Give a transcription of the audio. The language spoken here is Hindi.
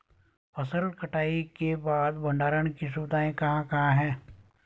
फसल कटाई के बाद भंडारण की सुविधाएं कहाँ कहाँ हैं?